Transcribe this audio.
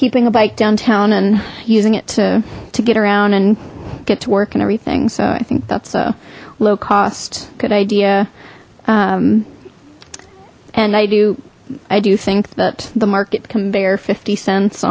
keeping a bike downtown and using it to to get around and get to work and everything so i think that's a low cost good idea and i do i do think that the market can bear fifty cents